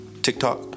TikTok